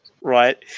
right